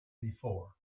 before